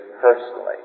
personally